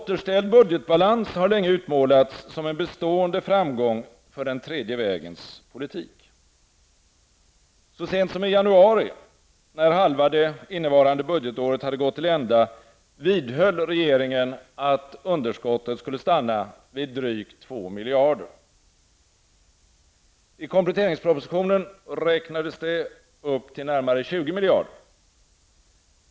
Återställd budgetbalans har länge utmålats som en bestående framgång för den tredje vägens politik. Så sent som i januari -- när halva det innevarande budgetåret hade gått -- vidhöll regeringen att underskottet skulle stanna vid drygt 2 miljarder kronor. I kompletteringspropositionen räknades det upp till närmare 20 miljarder.